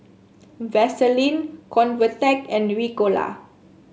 Vaselin Convatec and Ricola